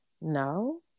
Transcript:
No